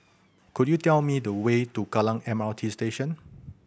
could you tell me the way to Kallang M R T Station